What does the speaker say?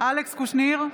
אלכס קושניר,